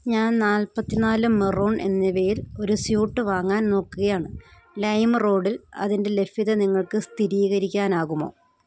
ഞാൻ നാല്പത്തിനാല് മെറൂൺ എന്നിവയിൽ ഒരു സ്യൂട്ട് വാങ്ങാൻ നോക്കുകയാണ് ലൈംറോഡിൽ അതിൻ്റെ ലഭ്യത നിങ്ങൾക്ക് സ്ഥിരീകരിക്കാനാകുമോ